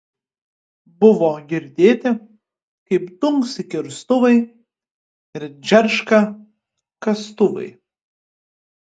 buvo girdėti kaip dunksi kirstuvai ir džerška kastuvai